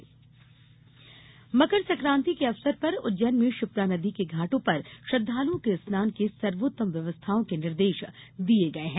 मोहंती उज्जैन मकर संकांति के अवसर पर उज्जैन में क्षिप्रा नदी के घाटों पर श्रद्धालुओं के स्नान के सर्वोत्तम व्यवस्थाओं के निर्देश दिये गये हैं